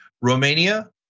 Romania